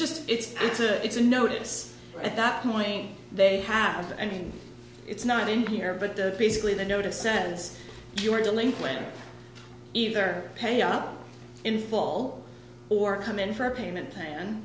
just it's it's a it's a notice at that point they have to and it's not in here but the basically the notice says you are delinquent either pay up in full or come in for a payment plan